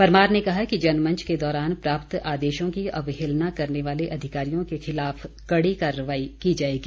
परमार ने कहा कि जनमंच के दौरान प्राप्त आदेशों की अवहेलना करने वाले अधिकारियों के खिलाफ कड़ी कार्रवाई की जाएगी